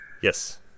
Yes